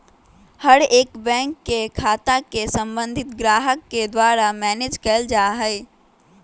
हर एक बैंक के खाता के सम्बन्धित ग्राहक के द्वारा मैनेज कइल जा हई